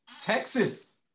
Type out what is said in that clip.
Texas